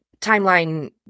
timeline